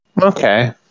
Okay